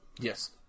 Yes